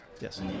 Yes